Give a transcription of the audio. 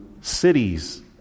cities